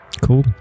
Cool